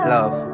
Love